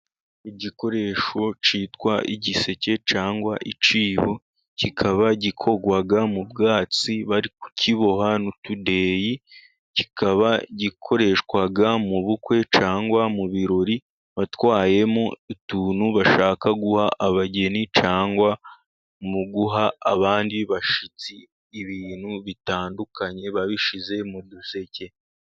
Igikoresho cyitwa igiseke cyangwa icyibo, kikaba gikorwa mu bwatsi bari kukiboha n'utudeyi, kikaba gikoreshwa mu bukwe cyangwa mu birori, batwayemo utuntu bashaka guha abageni, cyangwa mu guha abandi bashyitsi, ibintu bitandukanye babishize mu duseke.